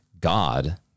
God